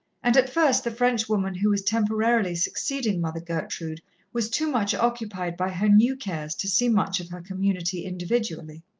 and at first the frenchwoman who was temporarily succeeding mother gertrude was too much occupied by her new cares to see much of her community individually.